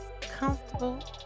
comfortable